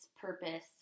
purpose